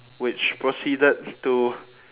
which proceeded to